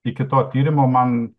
iki to tyrimo man